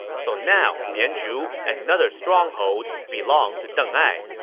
so now mianzhu, another stronghold, belonged to deng ai.